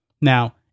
Now